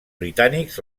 britànics